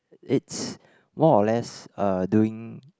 it's more or less uh doing